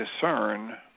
discern